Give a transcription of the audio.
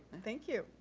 thank you.